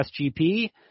SGP